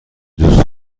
دوست